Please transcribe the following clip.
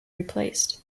replaced